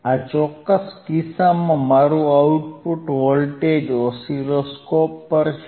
આ ચોક્કસ કિસ્સામાં મારું આઉટપુટ વોલ્ટેજ ઓસિલોસ્કોપ પર છે